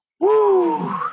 Woo